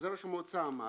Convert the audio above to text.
שעוזר ראש המועצה אמר,